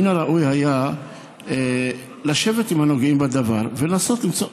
מן הראוי היה לשבת עם הנוגעים בדבר ולנסות למצוא,